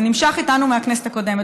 זה נמשך איתנו מהכנסת הקודמת.